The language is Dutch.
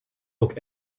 ook